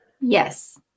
Yes